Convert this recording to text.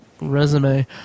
resume